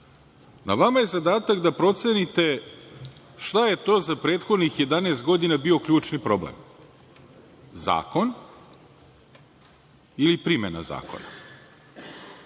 Na vama je zadatak da procenite šta je to za prethodnih 11 godina bio ključni problem. Zakon ili primena zakona? Ono